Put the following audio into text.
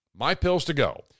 MyPillsToGo